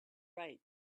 right